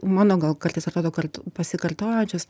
mano gal kartais atrodo kad pasikartojančios